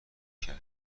کرد